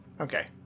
okay